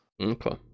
Okay